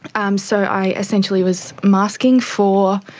um so i essentially was masking for